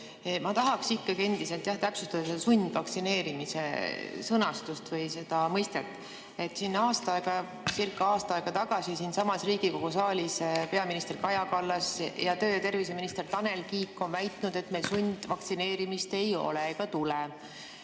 Ma tahaks ikkagi endiselt täpsustada sundvaktsineerimise sõnastust või seda mõistet. Siincaaasta aega tagasi siinsamas Riigikogu saalis peaminister Kaja Kallas ning töö‑ ja terviseminister Tanel Kiik on väitnud, et meil sundvaktsineerimist ei ole ega tule.